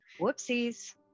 Whoopsies